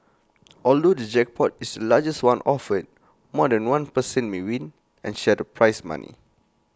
although the jackpot is the largest one offered more than one person may win and share the prize money